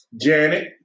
Janet